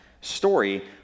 story